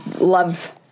love